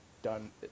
done